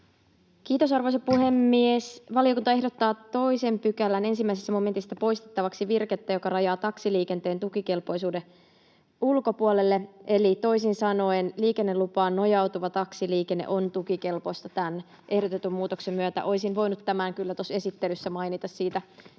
Kiitos, arvoisa puhemies! Valiokunta ehdottaa 2 §:n 1 momentista poistettavaksi virkettä, joka rajaa taksiliikenteen tukikelpoisuuden ulkopuolelle. Eli toisin sanoen liikennelupaan nojautuva taksiliikenne on tukikelpoista tämän ehdotetun muutoksen myötä. Olisin voinut tämän kyllä tuossa esittelyssä mainita, siitä